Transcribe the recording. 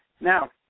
now